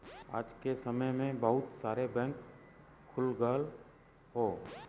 आज के समय में बहुत सारे बैंक खुल गयल हौ